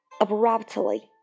abruptly